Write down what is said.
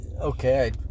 okay